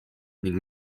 ning